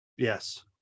yes